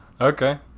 Okay